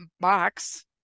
box